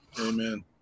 Amen